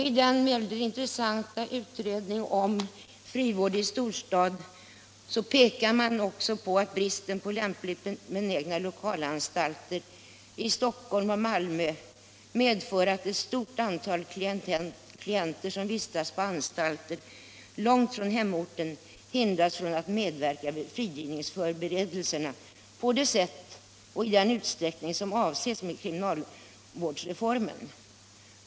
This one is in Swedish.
I den mycket intressanta utredningspromemorian Frivård i storstad pekar man på att bristen på lämpligt belägna lokalanstalter i Stockholm och Malmö medför att ett stort antal klienter, som vistas på anstalter långt från hemorten, hindras att medverka vid frigivningsförberedelserna på det sätt och i den utsträckning som avses med kriminalvårdsreformen.